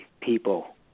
people